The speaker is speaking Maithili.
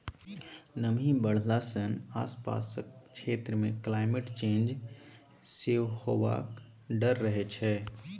नमी बढ़ला सँ आसपासक क्षेत्र मे क्लाइमेट चेंज सेहो हेबाक डर रहै छै